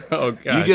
oh gosh. yeah